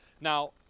Now